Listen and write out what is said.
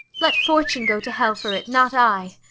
let fortune go to hell for it, not i.